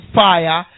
fire